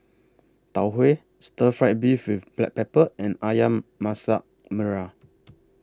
Tau Huay Stir Fried Beef with Black Pepper and Ayam Masak Merah